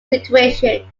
situation